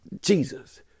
jesus